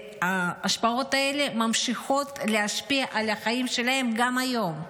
וההשפעות האלה ממשיכות להשפיע על החיים שלהם גם היום.